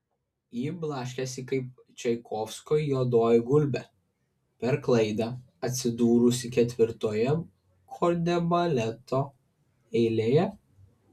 ji blaškėsi kaip čaikovskio juodoji gulbė per klaidą atsidūrusi ketvirtoje kordebaleto eilėje